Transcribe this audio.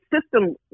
system